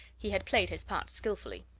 he had played his part skilfully.